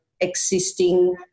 existing